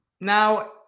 Now